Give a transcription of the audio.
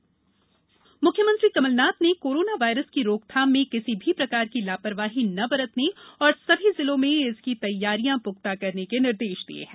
CM corona मुख्यमंत्री कमल नाथ ने corona virus की रोकथाम में किसी भी प्रकार की लापरवाही न बरतने और सभी जिलों में इसकी तैयारियाँ पुख्ता करने के निर्देश दिए हैं